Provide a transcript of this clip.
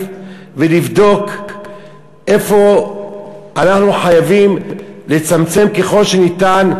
ולבדוק איפה אנחנו חייבים לצמצם ככל שניתן.